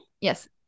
yes